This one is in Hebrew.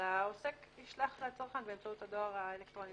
לשלוח לצרכן באמצעות הדואר האלקטרוני.